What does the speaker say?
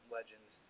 Legends